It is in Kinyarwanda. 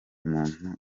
muntu